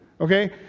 Okay